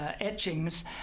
etchings